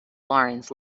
laurens